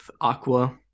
aqua